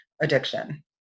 addiction